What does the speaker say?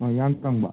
ꯏꯌꯥꯡ ꯀꯪꯕ